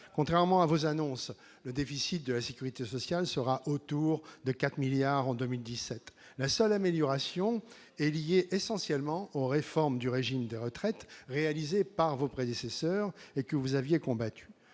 Contrairement à vos annonces, le déficit de la sécurité sociale sera d'environ 4 milliards d'euros en 2017. La seule amélioration enregistrée est liée essentiellement à la réforme du régime des retraites réalisée par vos prédécesseurs, que vous aviez combattue.